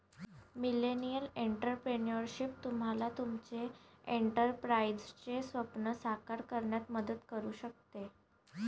millennial entrepreneurship तुम्हाला तुमचे एंटरप्राइझचे स्वप्न साकार करण्यात मदत करू शकते